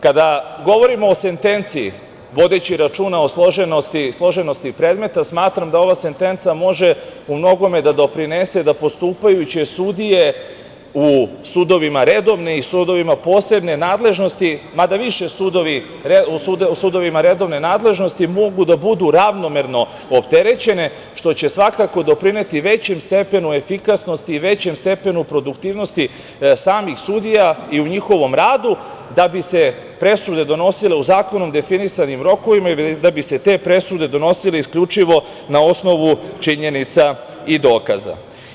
Kada govorimo o sentenci, vodeći računa o složenosti predmeta, smatram da ova sentenca može u mnogome da doprinese da postupajuće sudije u sudovima redovne i sudovima posebne nadležnosti, mada više sudovi redovne nadležnosti, mogu da budu ravnomerno opterećene, što će svakako doprineti većem stepenu efikasnosti i većem stepenu produktivnosti, samih sudija i u njihovom radu, da bi se presude donosile u zakonu definisanim rokovima i da bi se te presude donosile isključivo na osnovu činjenica i dokaza.